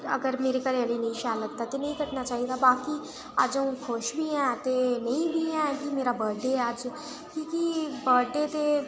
में अगर मेरे घरा आह्ले गी नेईं शैल लगदा ते नेई कट्टना चाहिदा बाकी अ'ऊं अज्ज खुश बी ऐं ते नेईं बी ऐं कि मेरा बर्थ'डे ऐ अज्ज कि ते